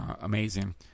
amazing